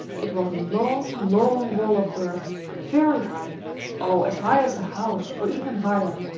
it was a long, long wall of earth, very high oh, as high as a house, or even higher!